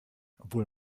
obwohl